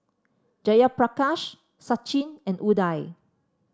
Jayaprakash Sachin and Udai